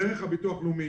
דרך הביטוח הלאומי.